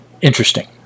interesting